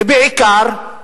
ובעיקר,